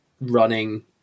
running